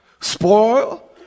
spoil